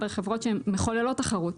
חברות שהן מחוללות תחרות.